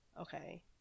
okay